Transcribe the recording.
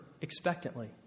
expectantly